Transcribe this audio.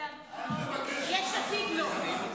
יש עתיד, לא.